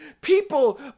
people